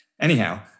Anyhow